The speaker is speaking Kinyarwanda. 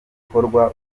gukorwa